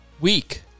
week